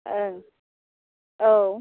ओं औ